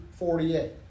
48